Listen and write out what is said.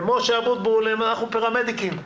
ומשה אבוטבול, אנחנו פרמדיקים,